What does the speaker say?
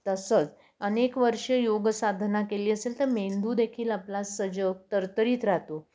तसंच अनेक वर्ष योग साधना केली असेल तर मेंदू देखील आपला सजग तरतरीत राहतो